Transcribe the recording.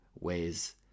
ways